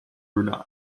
brunei